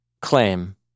claim